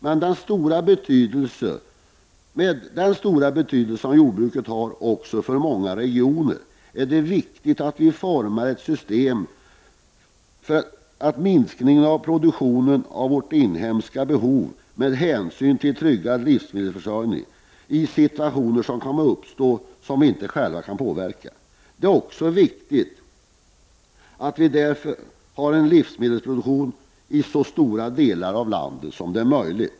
Med tanke på den stora betydelse som jordbruket har för många regioner är det viktigt att vi formar ett system för minskning av produktionen till vårt inhemska behov och med hänsyn till att trygga livsmedelsförsörjningen i situationer som kan uppstå och som vi inte själva kan påverka. Därför är det också viktigt att vi har en livsmedelsproduktion i så stora delar av landet som möjligt.